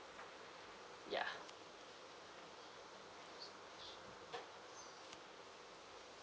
ya